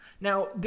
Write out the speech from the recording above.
Now